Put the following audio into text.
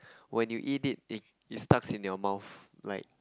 when you eat it in it stuck in your mouth like